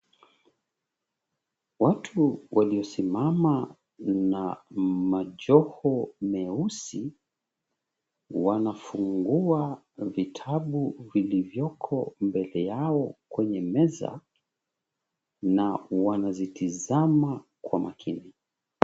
Watu waliosimama na majoho meusi, wanafungua vitabu vilivyoko mbele yao kwenye meza, na wanazitizama kwa makini.